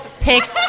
Pick